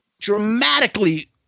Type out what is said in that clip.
dramatically